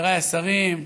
חבריי השרים,